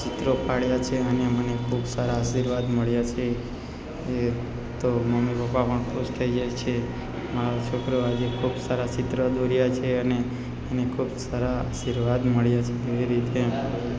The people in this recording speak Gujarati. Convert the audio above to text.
ચિત્રો પાળ્યા છે અને મને ખૂબ સારા આશીર્વાદ મળ્યા છે એ તો મમ્મી પપ્પા પણ ખુશ થઈ જાય છે મારો છોકરો આજે ખૂબ સારા ચિત્ર દોર્યા છે અને એને ખૂબ સારા આશીર્વાદ મળ્યા છે એવી રીતે